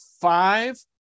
five